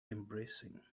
embracing